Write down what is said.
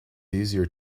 easier